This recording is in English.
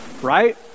Right